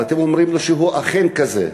אתם אומרים לו שהוא אכן כזה.